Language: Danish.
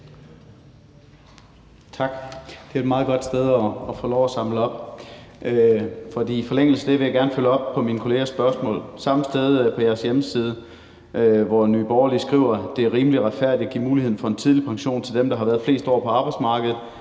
Tak. Det er et meget godt sted at få lov at samle op, for i forlængelse af det vil jeg gerne følge op på min kollegas spørgsmål. Samme sted på Nye Borgerliges hjemmeside, hvor I skriver, at det er rimeligt og retfærdigt at give muligheden for en tidlig pension til dem, der har været flest år på arbejdsmarkedet,